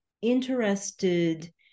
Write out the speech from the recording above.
interested